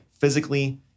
physically